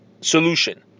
solution